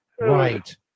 Right